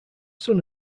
son